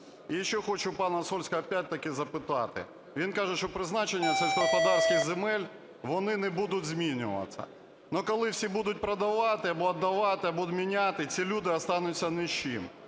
І ще хочу пана Сольського знову-таки запитати. Він каже, що призначення сільськогосподарських земель, вони не будуть змінюватися. Але коли всі будуть продавати або віддавати, або міняти, ці люди залишаться ні